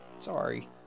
Sorry